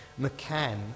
McCann